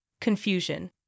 confusion